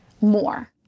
more